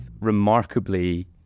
remarkably